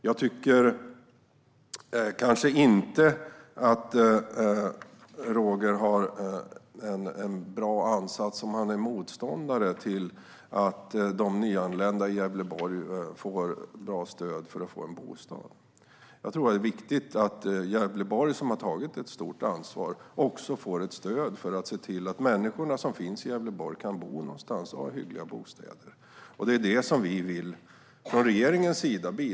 Jag tycker kanske inte att Roger har en bra ansats om han är motståndare till att de nyanlända i Gävleborg får bra stöd för att få en bostad. Jag tror att det är viktigt att Gävleborg, som har tagit ett stort ansvar, också får ett stöd för att se till att människorna som finns i Gävleborg kan bo någonstans och ha hyggliga bostäder. Det är det vi vill bidra till från regeringens sida.